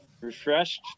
Refreshed